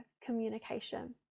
communication